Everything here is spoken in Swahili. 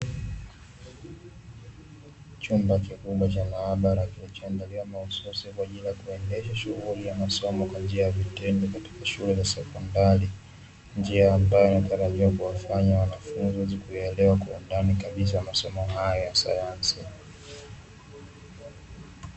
Chumba kikubwa cha maabara, mahususi kwa ajili ya kuendesha shughuli ya masomo kwa njia ya vitendo katika shule za sekondari, njia ambayo inatarajiwa kuwafanya wanafunzi wenye kuielewa kwa undani kabisa masomo haya ya sayansi.